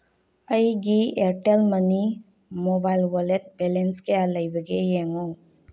ꯑꯩꯒꯤ ꯑꯦꯌꯥꯔꯇꯦꯜ ꯃꯅꯤ mobile wallet balance ꯀꯌꯥ ꯂꯩꯕꯒꯦ ꯌꯦꯡꯉꯨ